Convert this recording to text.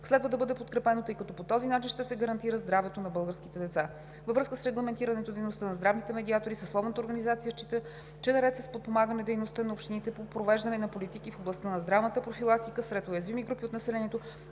следва да бъде подкрепено, тъй като по този начин ще се гарантира здравето на българските деца. Във връзка с регламентирането дейността на здравните медиатори съсловната организация счита, че наред с подпомагане дейността на общините по провеждане на политики в областта на здравната профилактика сред уязвими групи от населението